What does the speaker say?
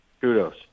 Kudos